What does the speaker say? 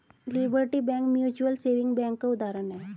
liberty bank mutual saving bank का उदाहरण है